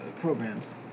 Programs